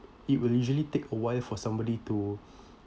it will usually take awhile for somebody to